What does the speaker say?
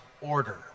order